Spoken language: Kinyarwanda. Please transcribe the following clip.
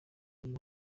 uyu